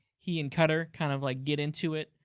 he and cutter kind of like, get into it,